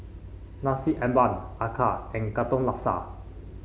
Nasi Ambeng acar and Katong Laksa